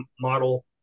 model